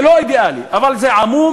זה לא אידיאלי, אבל זה עמום.